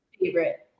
favorite